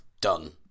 done